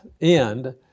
end